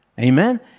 Amen